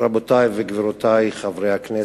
רבותי וגבירותי חברי הכנסת,